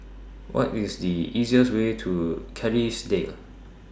What IS The easiest Way to Kerrisdale